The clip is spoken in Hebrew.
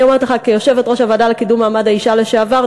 אני אומרת לך כיושבת-ראש הוועדה לקידום מעמד האישה לשעבר,